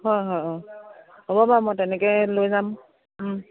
হয় হয় অঁ হ'ব বাৰু মই তেনেকে লৈ যাম